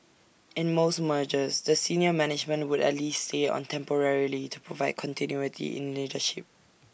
in most mergers the senior management would at least stay on temporarily to provide continuity in leadership